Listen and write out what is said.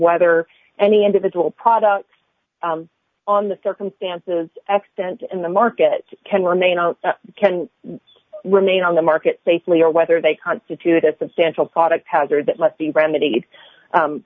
whether any individual products on the circumstances extant in the market can remain can remain on the market safely or whether they constitute a substantial product hazards that must be remedied